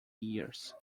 years